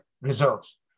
reserves